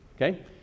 Okay